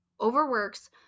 overworks